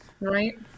Right